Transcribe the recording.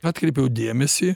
atkreipiau dėmesį